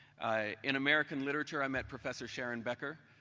in american literature i met professor sharon becker,